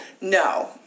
No